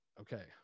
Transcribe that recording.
Okay